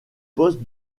poste